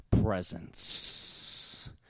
presence